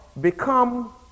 become